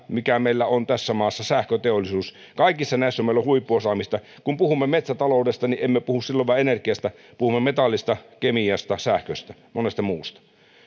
mikä meillä on tässä maassa kaikissa näissä meillä on huippuosaamista kun puhumme metsätaloudesta niin emme puhu silloin vain energiasta puhumme metallista kemiasta sähköstä monesta muusta